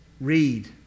read